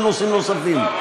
לנושאים נוספים.